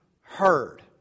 heard